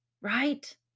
right